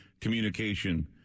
communication